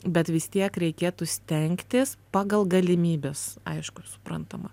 bet vis tiek reikėtų stengtis pagal galimybes aišku ir suprantama